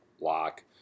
lock